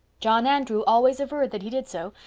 john andrew always averred that he did so,